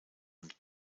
und